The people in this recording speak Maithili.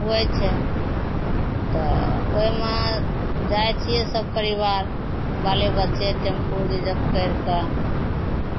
होइ छै तऽ ओहिमे जाइ छियै सभ परिवार बाले बच्चे टेम्पू रिजर्व करि कऽ